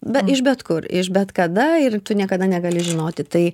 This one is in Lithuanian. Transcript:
be iš bet kur iš bet kada ir tu niekada negali žinoti tai